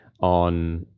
on